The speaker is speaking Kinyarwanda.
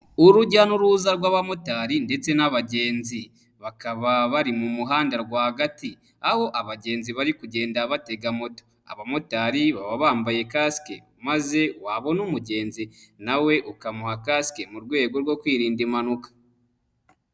Urujya n'uruza rw'abamotari ndetse n'abagenzi, bakaba bari mu muhanda rwagati. Aho abagenzi bari kugenda batega moto abamotari baba bambaye cask. Maze wabona umugenzi nawe ukamuha cask mu rwego rwo kwirinda impanuka.